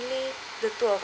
the two of us